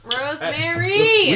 Rosemary